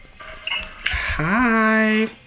Hi